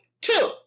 Two